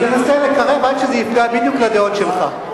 אנסה לקרב, עד שזה יפגע בדיוק לדעות שלך.